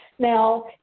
now,